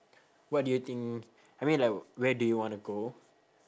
what do you think I mean like where do you wanna go